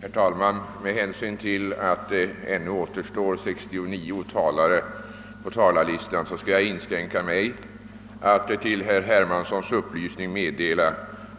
Herr talman! Med hänsyn till att det ännu återstår 69 talare på talarlistan skall jag inskränka mig till att upplys ningsvis meddela